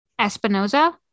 Espinoza